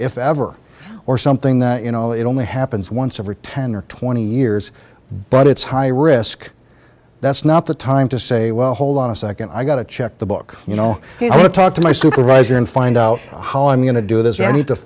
if ever or something that you know it only happens once every ten or twenty years but it's high risk that's not the time to say well hold on a second i got to check the book you know i want to talk to my supervisor and find out how i'm going to do this or need to